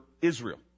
israel